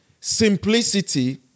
simplicity